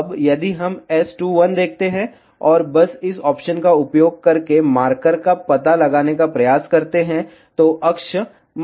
अब यदि हम S21 देखते हैं और बस इस ऑप्शन का उपयोग करके मार्कर का पता लगाने का प्रयास करते हैं तो अक्ष मार्कर